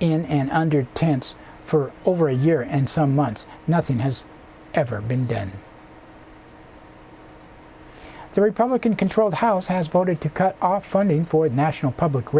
and under tents for over a year and some months nothing has ever been done the republican controlled house has voted to cut off funding for the national public